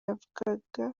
yavugaga